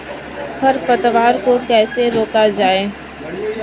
खरपतवार को कैसे रोका जाए?